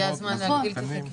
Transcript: נכון.